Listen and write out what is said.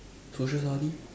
social study